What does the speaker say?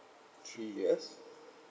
three years